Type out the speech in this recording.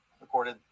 recorded